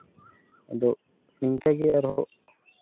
ᱟᱫᱚ ᱤᱱᱠᱟ ᱜᱮ ᱟᱨ ᱦᱚᱸ